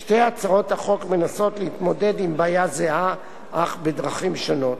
שתי הצעות החוק מנסות להתמודד עם בעיה זהה אך בדרכים שונות.